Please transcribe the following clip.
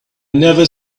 never